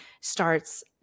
starts